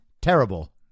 terrible